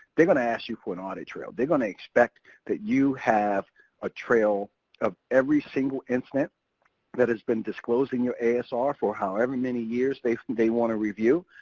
they're gonna ask you for an audit trail. they're gonna expect that you have a trail of every single incident that has been disclosed in your asr for however many years they they want to review.